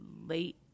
late